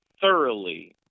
thoroughly